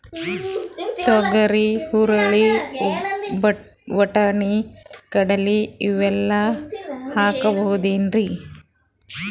ತೊಗರಿ, ಹುರಳಿ, ವಟ್ಟಣಿ, ಕಡಲಿ ಇವೆಲ್ಲಾ ಹಾಕಬಹುದೇನ್ರಿ?